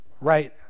right